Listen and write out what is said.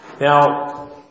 Now